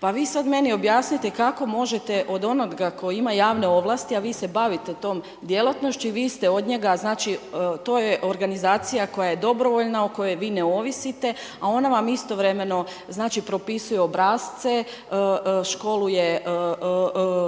Pa vi sad meni objasnite kako možete od onoga koji ima javne ovlasti, a vi se bavite tom djelatnošću, i vi ste od njega, znači, to je organizacija koja je dobrovoljna o kojoj vi ne ovisite, a ona vam istovremeno znači propisuje obrasce,